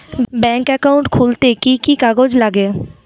Bank account খুলতে কি কি কাগজ লাগে?